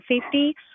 safety